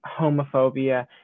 homophobia